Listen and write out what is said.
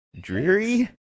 dreary